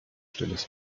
stilles